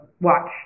Watch